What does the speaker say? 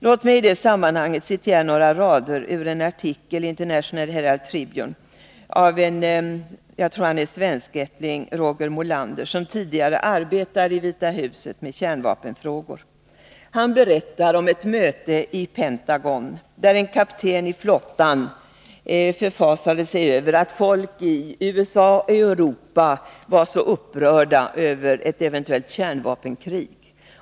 Låt mig i det sammanhanget citera några rader ur en artikel i International Herald Tribune av Roger Molander — jag tror han är svenskättling — som tidigare arbetat i Vita Huset med kärnvapenfrågor. Han berättar om ett möte i Pentagon, där en kapten i flottan förfasade sig över att folk i USA och i Europa var så upprörda över ett eventuellt kärnvapenkrig.